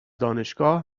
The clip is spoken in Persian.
دانشگاه